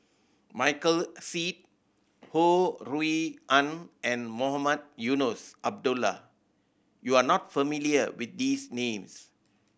Michael Seet Ho Rui An and Mohamed Eunos Abdullah you are not familiar with these names